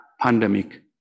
pandemic